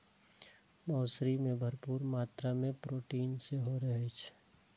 मौसरी मे भरपूर मात्रा मे प्रोटीन सेहो रहै छै